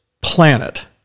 planet